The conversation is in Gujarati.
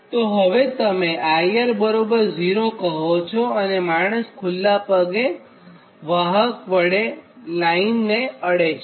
તો હવેતમે IR 0 કહો છો અને માણસ ખુલ્લા પગ સાથે વાહક વડે લાઇનને અડે છે